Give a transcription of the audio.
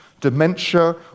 dementia